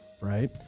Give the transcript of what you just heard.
right